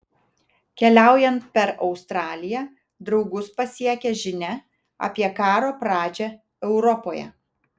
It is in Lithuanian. keliaujant per australiją draugus pasiekia žinia apie karo pradžią europoje